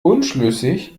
unschlüssig